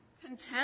Contempt